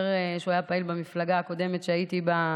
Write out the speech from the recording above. פעיל במפלגה הקודמת שהייתי בה,